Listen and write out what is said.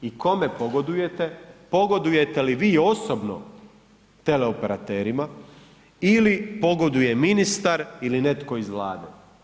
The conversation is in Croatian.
I kome pogodujete, pogodujete li vi osobno teleoperaterima ili pogoduje ministar ili netko iz Vlade?